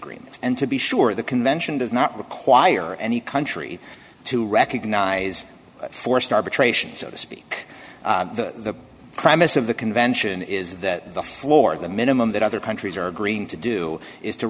ment and to be sure the convention does not require any country to recognize forced arbitration so to speak the premise of the convention is that the floor the minimum that other countries are agreeing to do is to